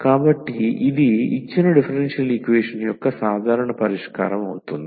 కాబట్టి ఇది ఇచ్చిన డిఫరెన్షియల్ ఈక్వేషన్ యొక్క సాధారణ పరిష్కారం అవుతుంది